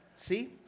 See